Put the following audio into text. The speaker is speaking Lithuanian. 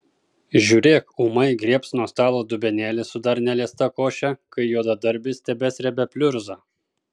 žiūrėk ūmai griebs nuo stalo dubenėlį su dar neliesta koše kai juodadarbis tebesrebia pliurzą